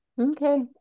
okay